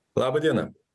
laba diena